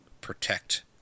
protect